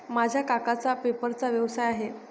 माझ्या काकांचा पेपरचा व्यवसाय आहे